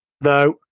No